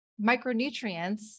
micronutrients